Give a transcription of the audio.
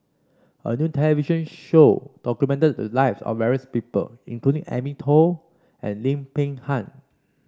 a new television show documented the life of various people including Amy Khor and Lim Peng Han